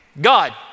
God